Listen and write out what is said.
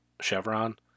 Chevron